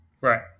Right